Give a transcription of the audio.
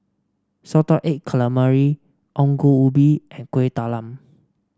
Salted Egg Calamari Ongol Ubi and Kueh Talam